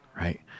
Right